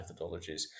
methodologies